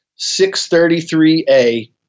633A